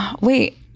Wait